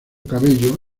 cabello